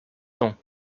ans